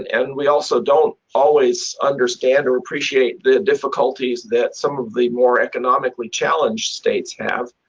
and and and we also don't always understand or appreciate the difficulties that some of the more economically challenged states have,